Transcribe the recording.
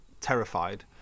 terrified